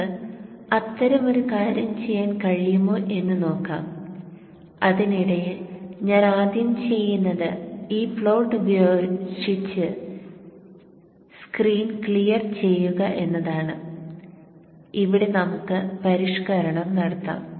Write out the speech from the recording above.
നമുക്ക് അത്തരമൊരു കാര്യം ചെയ്യാൻ കഴിയുമോ എന്ന് നോക്കാം അതിനിടയിൽ ഞാൻ ആദ്യം ചെയ്യുന്നത് ഈ പ്ലോട്ട് ഉപേക്ഷിച്ച് സ്ക്രീൻ ക്ലിയർ ചെയ്യുക എന്നതാണ് ഇവിടെ നമുക്ക് പരിഷ്ക്കരണം നടത്താം